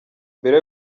mbere